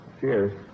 Cheers